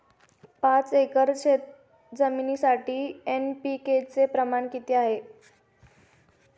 पाच एकर शेतजमिनीसाठी एन.पी.के चे प्रमाण किती असते?